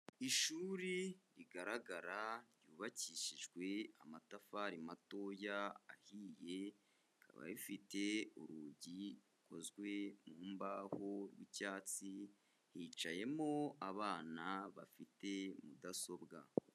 Ishuri rigaragara ryubakishijwe amatafari matoya ahiye, rikaba rifite urugi rukozwe mu mbaho rw'icyatsi, hicayemo abana bafite mudasobwa.